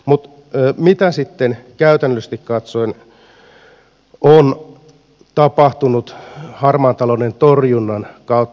mutta mitä sitten käytännöllisesti katsoen on tapahtunut harmaan talouden torjunnan kautta